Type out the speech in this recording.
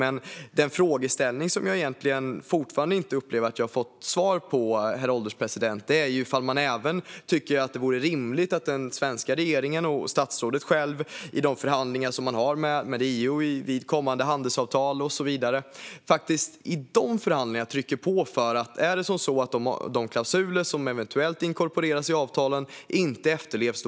Men den frågeställning som jag fortfarande inte upplever att jag har fått svar på är om man tycker att det också vore rimligt att den svenska regeringen och statsrådet i de förhandlingar man har med EU och i kommande handelsavtal och så vidare trycker på för att det ska följa någon form av ekonomisk sanktion om de klausuler som inkorporeras i avtalen inte efterlevs.